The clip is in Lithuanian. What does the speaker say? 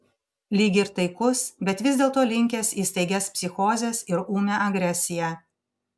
lyg ir taikus bet vis dėlto linkęs į staigias psichozes ir ūmią agresiją